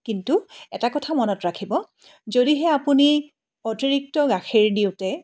কিন্তু এটা কথা মনত ৰাখিব যদিহে আপুনি অতিৰিক্ত গাখীৰ দিওঁতে